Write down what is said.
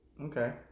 Okay